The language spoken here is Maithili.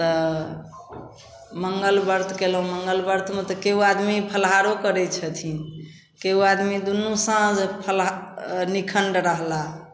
तऽ मङ्गल वर्त कएलहुँ मङ्गल वर्तमे तऽ केओ आदमी फलाहारो करै छथिन केओ आदमी दुन्नू साँझ फला निखण्ड रहलाह